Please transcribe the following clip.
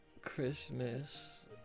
Christmas